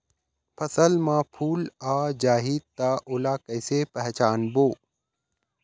फसल म फूल आ जाही त ओला कइसे पहचानबो?